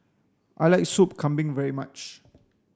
I like sup kambing very much